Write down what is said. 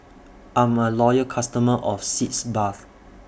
I'm A Loyal customer of Sitz Bath